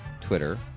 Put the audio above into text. Twitter